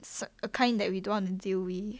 it's a kind that we don't want to deal with